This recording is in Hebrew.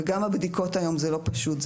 וגם הבדיקות היום זה לא פשוט.